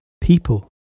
people